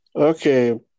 Okay